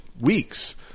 weeks